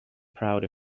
proud